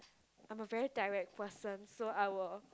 I'm a very direct person so I will